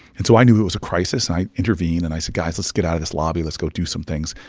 and so i knew it was a crisis, and i intervened, and i said, guys, let's get out of this lobby. let's go do some things.